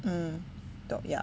mm dog ya